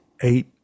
eight